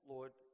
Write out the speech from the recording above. Lord